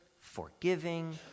forgiving